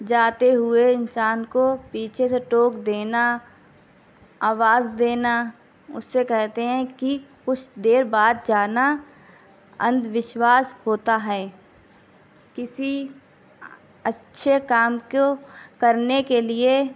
جاتے ہوئے انسان کو پیچھے سے ٹوک دینا آواز دینا اسے کہتے ہیں کہ کچھ دیر بعد جانا اندھ وسواش ہوتا ہے کسی اچھے کام کو کرنے کے لیے